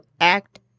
act